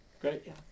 Great